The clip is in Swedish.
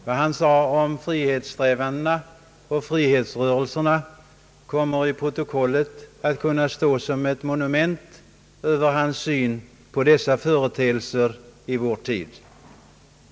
Vad han sade om frihetssträvandena och frihetsrörelserna kommer i protokollet att kunna stå som ett monument över hans syn på dessa företeelser i vår tid.